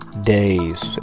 days